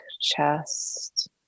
chest